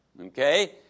okay